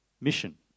mission